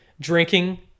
Drinking